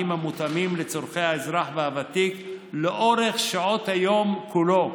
המותאמים לצורכי האזרח הוותיק לאורך שעות היום כולו,